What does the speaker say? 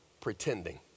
pretending